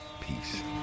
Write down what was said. Peace